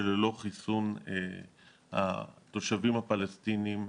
שללא חיסון התושבים הפלסטיניים